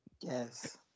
yes